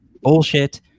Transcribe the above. bullshit